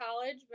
college